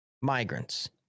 migrants